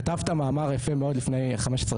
כתבת מאמר יפה מאוד לפני 15,